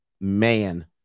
man